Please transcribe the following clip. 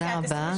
תודה רבה.